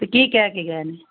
ਅਤੇ ਕੀ ਕਹਿ ਕੇ ਗਏ ਨੇ